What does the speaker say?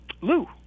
Lou